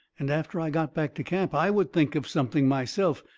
and after i got back to camp i would think of something myself.